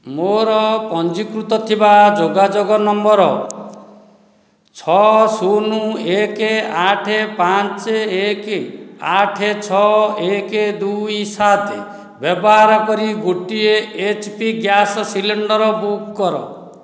ମୋର ପଞ୍ଜୀକୃତ ଥିବା ଯୋଗାଯୋଗ ନମ୍ବର ଛଅ ଶୁନ ଏକ ଆଠ ପାଞ୍ଚ ଏକ ଆଠ ଛଅ ଏକ ଦୁଇ ସାତ ବ୍ୟବାହାର କରି ଗୋଟିଏ H P gas cylinder book କର